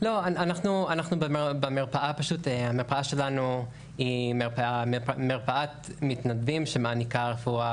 המרפאה שלנו היא מרפאת מתנדבים שמעניקה רפואה